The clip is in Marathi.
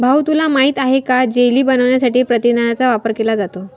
भाऊ तुला माहित आहे का जेली बनवण्यासाठी प्रथिनांचा वापर केला जातो